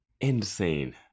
insane